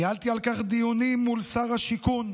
ניהלתי על כך דיונים מול שר השיכון,